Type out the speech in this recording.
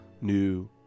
new